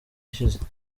ishize